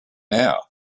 now